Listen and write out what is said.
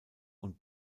und